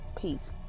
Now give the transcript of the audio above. peace